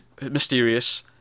mysterious